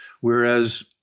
Whereas